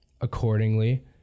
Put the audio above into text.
accordingly